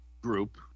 group—